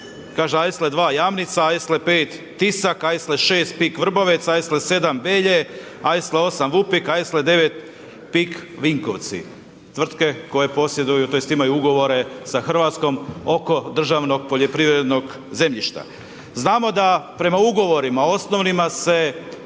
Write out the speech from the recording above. kaže Aisle 2 Jamnica, Aisle 5 Tisak, Aisle 6 PIK Vrbovec, Aisle 7 Belje, Aisle 8 Vupik, Aisle 9 PIK Vinkovci, tvrtke koje posjeduju tj. imaju ugovore sa Hrvatskom oko državnog poljoprivrednog zemljišta. Znamo da prema ugovorima osnovnima se